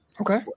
okay